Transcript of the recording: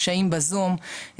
קשיים בזום,